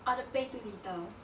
or the pay too little